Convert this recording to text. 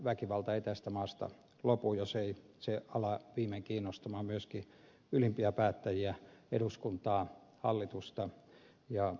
väkivalta ei tästä maasta lopu jos ei se ala viimein kiinnostaa myöskin ylimpiä päättäjiä eduskuntaa ja hallitusta